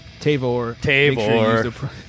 Tavor